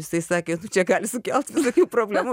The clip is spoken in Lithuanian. jisai sakė nu čia gali sukelt visokių problemų